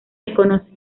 desconoce